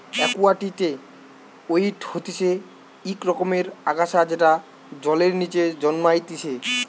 একুয়াটিকে ওয়িড হতিছে ইক রকমের আগাছা যেটা জলের নিচে জন্মাইতিছে